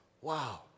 Wow